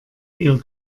ihr